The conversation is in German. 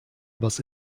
was